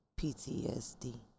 PTSD